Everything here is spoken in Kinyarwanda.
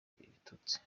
ibitutsi